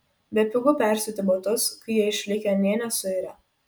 bepigu persiūti batus kai jie išlikę nė nesuirę